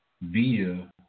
via